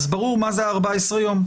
ברור מה זה ה-14 ימים.